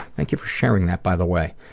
thank you for sharing that, by the way.